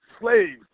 Slaves